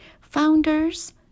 Founders